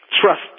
trust